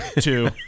two